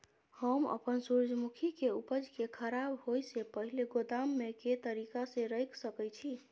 हम अपन सूर्यमुखी के उपज के खराब होयसे पहिले गोदाम में के तरीका से रयख सके छी?